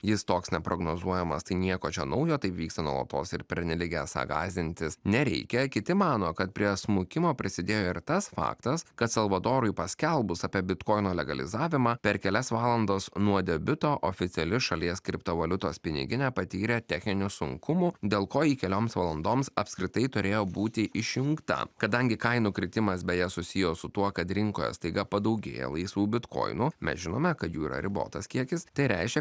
jis toks neprognozuojamas tai nieko čia naujo tai vyksta nuolatos ir pernelyg esą gąsdintis nereikia kiti mano kad prie smukimo prisidėjo ir tas faktas kad salvadorui paskelbus apie bitkoino legalizavimą per kelias valandas nuo debiuto oficiali šalies kriptovaliutos piniginė patyrė techninių sunkumų dėl ko ji kelioms valandoms apskritai turėjo būti išjungta kadangi kainų kritimas beje susijęs su tuo kad rinkoje staiga padaugėja laisvų bitkoinų mes žinome kad jų yra ribotas kiekis tai reiškia